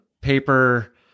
paper